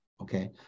okay